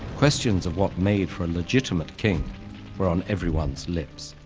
questions of what made for a legitimate king were on everyone's lips.